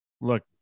Look